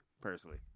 personally